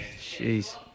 Jeez